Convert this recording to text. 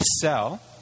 sell